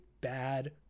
bad